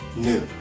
New